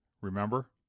remember